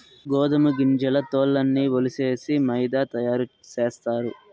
గోదుమ గింజల తోల్లన్నీ ఒలిసేసి మైదా తయారు సేస్తారు